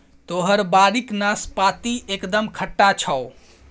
तोहर बाड़ीक नाशपाती एकदम खट्टा छौ